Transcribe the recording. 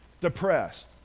depressed